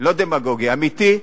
לא דמגוגיה, אמיתי,